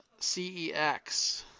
CEX